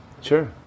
Sure